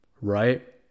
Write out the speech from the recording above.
right